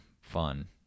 fun